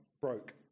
broke